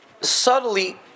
subtly